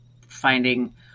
finding